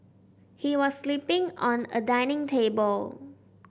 he was sleeping on a dining table